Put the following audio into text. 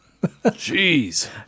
Jeez